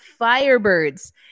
Firebirds